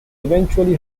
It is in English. eventually